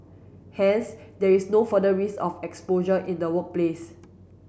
hence there is no further risk of exposure in the workplace